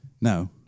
no